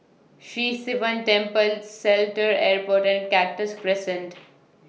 Sri Sivan Temple Seletar Airport and Cactus Crescent